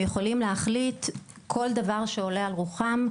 יכולים להחליט כל דבר שעולה על רוחם,